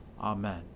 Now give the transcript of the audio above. Amen